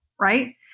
right